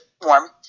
warm